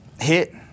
Hit